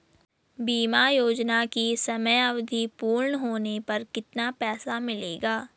बीमा योजना की समयावधि पूर्ण होने पर कितना पैसा मिलेगा?